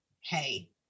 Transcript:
hey